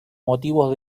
motivos